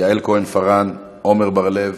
יעל כהן-פארן, עומר בר-לב,